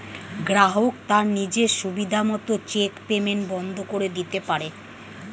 গ্রাহক তার নিজের সুবিধা মত চেক পেইমেন্ট বন্ধ করে দিতে পারে